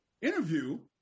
interview